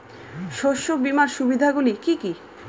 শস্য বিমার সুবিধাগুলি কি কি?